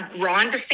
Ron